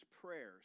prayers